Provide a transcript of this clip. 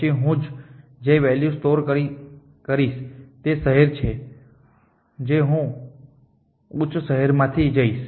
પછી હું જે વૅલ્યુ સ્ટોર કરીશ તે શહેર છે જે હું ઉચ્ચ શહેરોમાંથી જઈશ